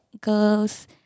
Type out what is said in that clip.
girls